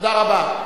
תודה רבה.